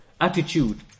attitude